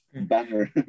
banner